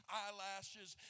eyelashes